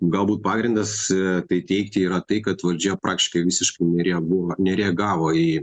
galbūt pagrindas tai teigti yra tai kad valdžia praktiškai visiškai nereguo nereagavo į